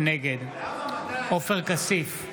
נגד עופר כסיף,